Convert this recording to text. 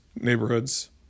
neighborhoods